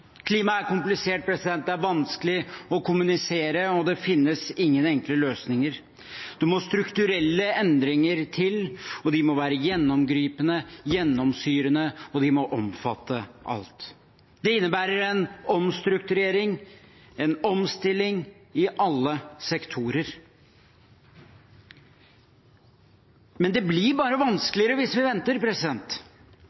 Klima er komplisert, det er vanskelig å kommunisere, og det finnes ingen enkle løsninger. Det må strukturelle endringer til. De må være gjennomgripende og gjennomsyrende, og de må omfatte alt. Det innebærer en omstrukturering og en omstilling i alle sektorer. Men det blir